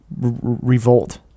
revolt